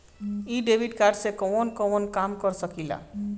इ debit card से कवन कवन काम कर सकिला?